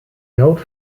geld